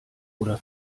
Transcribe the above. oder